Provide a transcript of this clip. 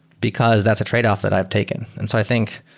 because that's a tradeoff that i've taken. and so i think,